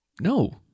No